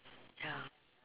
ya